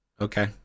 Okay